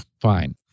fine